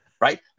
right